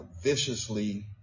viciously